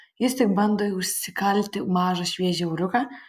jis tik bando užsikalti mažą šviežią euriuką